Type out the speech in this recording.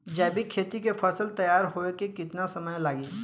जैविक खेती के फसल तैयार होए मे केतना समय लागी?